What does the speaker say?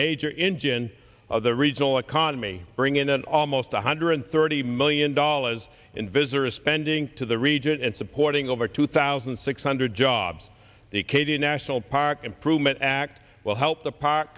major engine of the regional economy bring in an almost one hundred thirty million dollars in visitor spending to the region and supporting over two thousand six hundred jobs the acadia national park improvement act will help the park